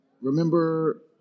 remember